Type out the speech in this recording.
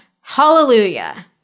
Hallelujah